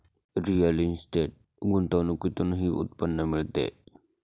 real estate गुंतवणुकीतूनही उत्पन्न मिळते